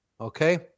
okay